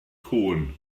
cŵn